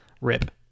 Rip